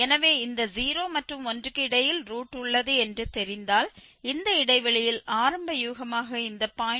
எனவே இந்த 0 மற்றும் 1 க்கு இடையில் ரூட் உள்ளது என்று தெரிந்தால் இந்த இடைவெளியில் ஆரம்ப யூகமாக இந்த 0